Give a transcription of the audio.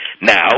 Now